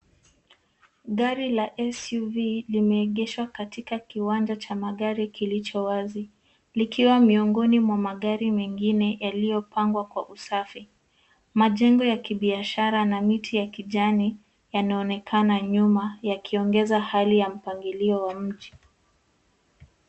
Gari la SUV limeegeshwa katika kiwanja cha magari kilicho wazi, likiwa miongoni ya magari mengine yaliyopangwa kwa usafi. Majengo ya kibiashara na miti ya kijani yanaonekana nyuma yakiongeza hali ya mpangilio wa mji.